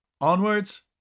Onwards